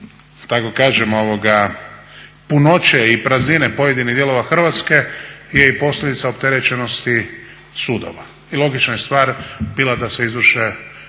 tako kažem punoće i praznine pojedinih dijelova Hrvatske je i posljedica opterećenosti sudova. I logična je stvar bila da se izvrše